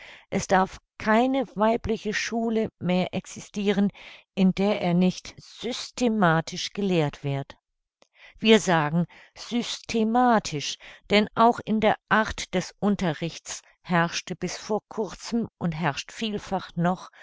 es darf keine weibliche schule mehr existiren in der er nicht systematisch gelehrt wird wir sagen systematisch denn auch in der art des unterrichts herrschte bis vor kurzem und herrscht vielfach noch